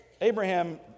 Abraham